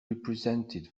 represented